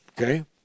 okay